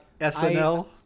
snl